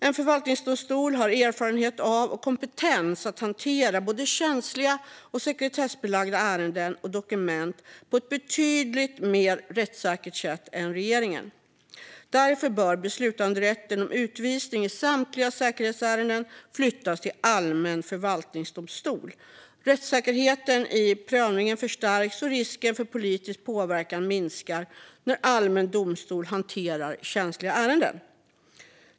En förvaltningsdomstol har erfarenhet av och kompetens för att hantera både känsliga och sekretessbelagda ärenden och dokument på ett betydligt mer rättssäkert sätt än en regering. Därför bör beslutanderätten om utvisning i samtliga säkerhetsärenden flyttas till allmän förvaltningsdomstol. Rättssäkerheten i prövningen förstärks och risken för politisk påverkan minskar när en allmän förvaltningsdomstol hanterar känsliga ärenden.